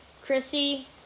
Chrissy